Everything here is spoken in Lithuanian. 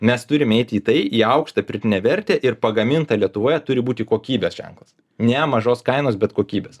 mes turim eit į tai į aukštą pridėtinę vertę ir pagaminta lietuvoje turi būti kokybės ženklas ne mažos kainos bet kokybės